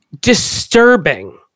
disturbing